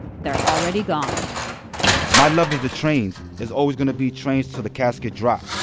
they're already gone my love is the trains. it's always gonna be trains till the casket drop.